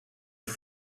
ich